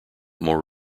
more